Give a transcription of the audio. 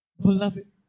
beloved